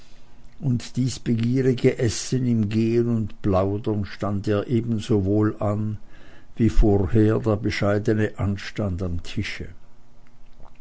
und dies begierige essen im gehen und plaudern stand ihr ebenso wohl an wie vorher der bescheidene anstand am tische